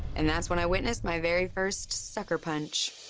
and that's when i witnessed my very first sucker punch.